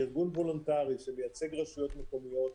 כארגון וולנטרי שמייצג רשויות מקומיות,